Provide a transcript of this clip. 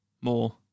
More